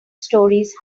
stories